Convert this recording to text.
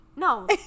No